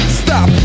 stop